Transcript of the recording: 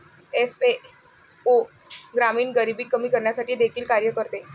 FAO ग्रामीण गरिबी कमी करण्यासाठी देखील कार्य करते